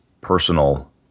personal